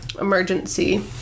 emergency